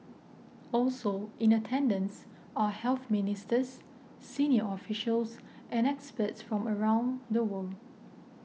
also in attendance are health ministers senior officials and experts from around the world